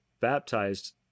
baptized